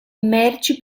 merci